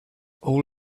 all